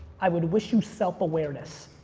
i would wish you self-awareness.